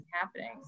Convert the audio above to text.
happening